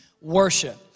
Worship